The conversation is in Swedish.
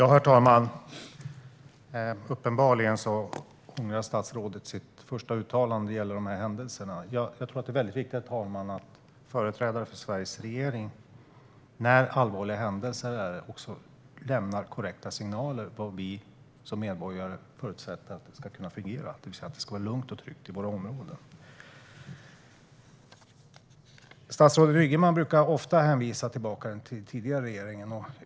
Herr talman! Uppenbarligen ångrar statsrådet sitt första uttalande när det gäller de här händelserna. Jag tror, herr talman, att när allvarliga händelser inträffar är det väldigt viktigt att företrädare för Sveriges regering också lämnar korrekta signaler om vad vi medborgare ska kunna förutsätta fungerar, det vill säga att det ska vara lugnt och tryggt i våra områden. Statsrådet Ygeman brukar ofta hänvisa till den tidigare regeringen.